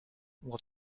what